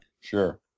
Sure